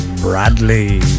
Bradley